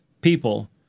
people